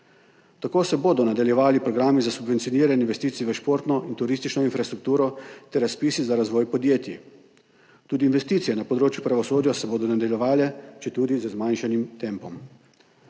Tako se bodo nadaljevali programi za subvencioniranje investicij v športno in turistično infrastrukturo ter razpisi za razvoj podjetij. Tudi investicije na področju pravosodja se bodo nadaljevale, četudi z zmanjšanim tempom.